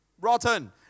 rotten